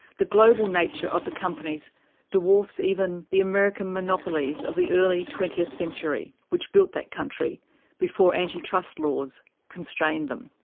the global nature of the companies dwarfs even the american monopolies of the early twentieth century, which built that country before anti trust laws constrained them.